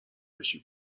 بشی